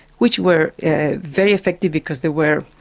which were very effective because they were.